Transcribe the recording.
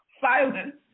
Silence